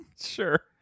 Sure